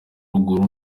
ruguru